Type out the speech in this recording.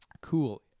cool